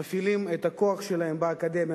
מפעילים את הכוח שלהם באקדמיה,